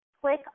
click